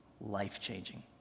life-changing